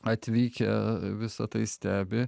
atvykę visa tai stebi